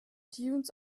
dunes